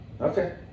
Okay